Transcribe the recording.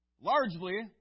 Largely